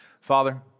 Father